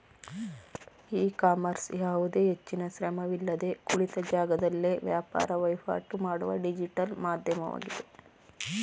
E commerce ಯಾವುದೇ ಹೆಚ್ಚಿನ ಶ್ರಮವಿಲ್ಲದೆ ಕುಳಿತ ಜಾಗದಲ್ಲೇ ವ್ಯಾಪಾರ ವಹಿವಾಟು ಮಾಡುವ ಡಿಜಿಟಲ್ ಮಾಧ್ಯಮವಾಗಿದೆ